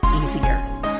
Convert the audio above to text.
easier